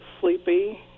sleepy